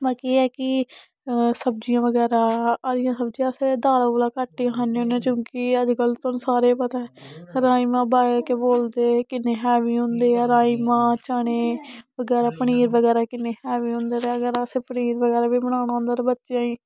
बाकी एह् ऐ कि सब्जियां बगैरा हरियां सब्जियां अस दालां दूलां घट्ट ही खान्ने हुन्ने क्योंकि अज्जकल तोआनू सारें गी पता राजमां केह् बोलदे किन्ने हैवी होंदे ऐ राजमां चने एह् गर्म पनीर बगैरा किन्ने हैवी हुंदे ते अगर अस पनीर बगैरा बी बनाना होंदा ते बच्चें गी